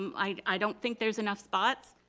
um i don't think there's enough spots.